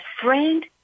friend